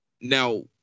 Now